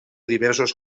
diversos